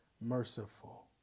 merciful